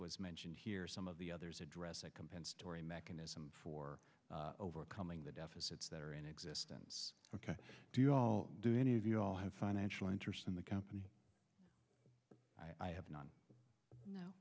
was mentioned here some of the others address a compensatory mechanism for overcoming the deficits that are in existence ok do you all do any of you all have financial interest in the company i have not kno